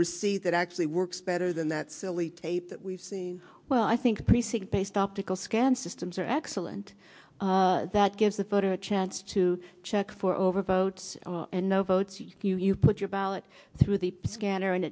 receipt that actually works better than that silly tape that we've seen well i think precinct based optical scan systems are excellent that gives the photo a chance to check for over votes and no votes you you put your ballot through the scanner and